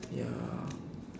ya